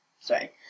Sorry